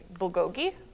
Bulgogi